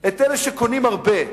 את אלה שקונים הרבה.